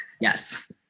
Yes